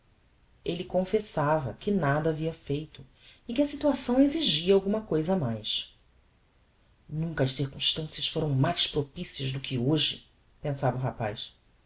elle confessava que nada havia feito e que a situação exigia alguma cousa mais nunca as circumstancias foram mais propicias do que hoje pensava o rapaz